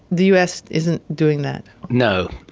the us isn't doing that. no.